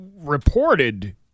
reported